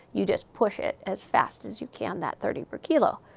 you just push it as fast as you can, that thirty per kilo.